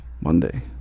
Monday